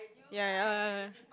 ya ya